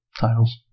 titles